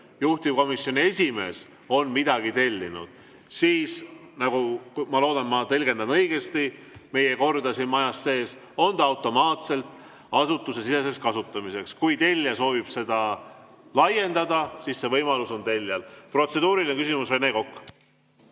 juhtivkomisjoni esimees on midagi tellinud, siis – ma loodan, et ma tõlgendan õigesti meie korda siin majas sees – on see automaatselt asutusesiseseks kasutamiseks. Kui tellija soovib seda laiendada, siis see võimalus tellijal on. Protseduuriline küsimus, Rene Kokk.